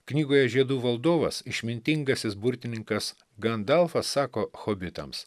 knygoje žiedų valdovas išmintingasis burtininkas gandalfas sako hobitams